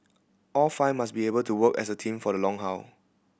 all five must be able to work as a team for the long haul